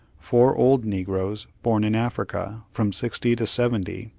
four old negroes, born in africa, from sixty to seventy,